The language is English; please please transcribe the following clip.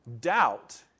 Doubt